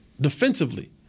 defensively